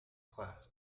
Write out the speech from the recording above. class